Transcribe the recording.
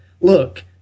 look